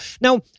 Now